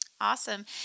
Awesome